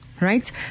right